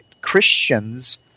Christians